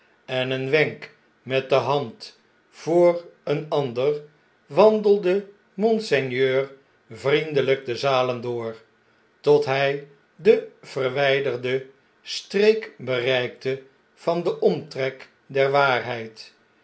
en een wenk met de hand voor een ander wandelde monseigneur vriendelgk de zalen door tot hg de verwgderde streek bereikte van den omtrek der waarheid